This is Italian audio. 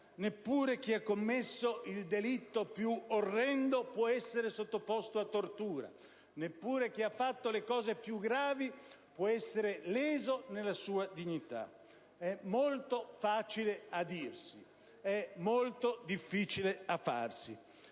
neppure chi ha commesso il delitto più orrendo può essere sottoposto a tortura e neppure chi ha fatto le cose più gravi può essere leso nella propria dignità. È molto facile a dirsi, ma molto difficile a farsi.